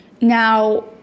now